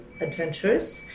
adventurous